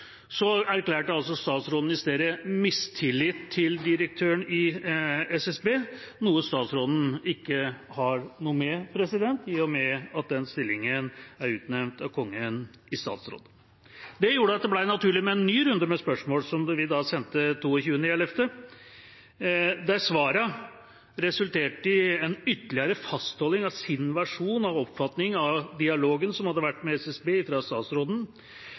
erklærte statsråden i stedet mistillit til direktøren i SSB, noe statsråden ikke har noe med, i og med at den stillingen er utnevnt av Kongen i statsråd. Det gjorde at det ble naturlig med en ny runde med spørsmål, som vi sendte den 22. november 2017. Svarene resulterte i en ytterligere fastholding av sin versjon og oppfatning av dialogen med SSB fra statsrådens side, men gjennom den mail- og SMS-utveksling som